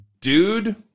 dude